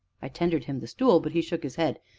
i tendered him the stool, but he shook his head,